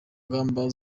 ngamba